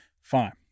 Fine